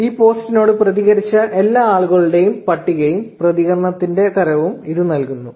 ഈ പോസ്റ്റിനോട് പ്രതികരിച്ച എല്ലാ ആളുകളുടെയും പട്ടികയും പ്രതികരണത്തിന്റെ തരവും ഇത് നൽകുന്നു